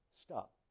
stop